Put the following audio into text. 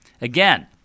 Again